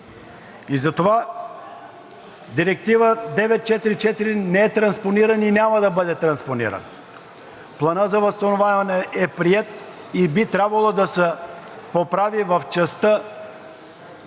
И затова Директива 944 не е транспонирана и няма да бъде транспонирана. Планът за възстановяване е приет и би трябвало да се поправи в частта